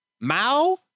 Mao